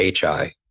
HI